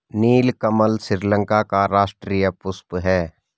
नीलकमल श्रीलंका का राष्ट्रीय पुष्प है